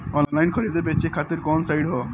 Online खरीदे बेचे खातिर कवन साइड ह?